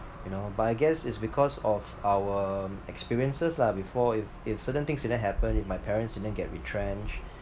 you know but I guess it's because of our experiences lah before if if certain things didn't happen if my parents didn't get retrenched